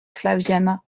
flaviana